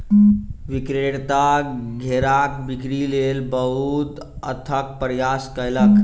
विक्रेता घेराक बिक्री लेल बहुत अथक प्रयास कयलक